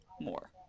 more